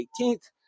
18th